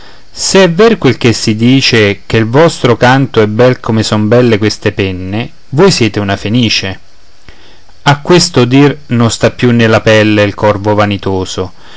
è ver quel che si dice che il vostro canto è bel come son belle queste penne voi siete una fenice a questo dir non sta più nella pelle il corvo vanitoso